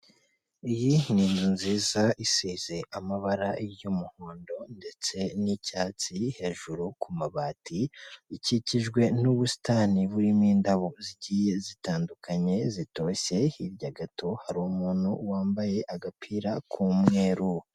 Iyi ni inzu nziza isize amabara y'umuhondo ndetse n'icyatsi hejuru ku mabati, ikikijwe n'ubusitani burimo indabo zigiye zitandukanye zitoshye hirya gato hari umuntu wambaye agapira k'umweru.